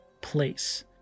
place